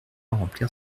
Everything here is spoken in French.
remplir